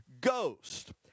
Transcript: ghost